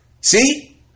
See